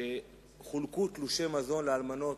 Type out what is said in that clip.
שחולקו תלושי מזון לאלמנות.